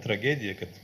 tragedija kad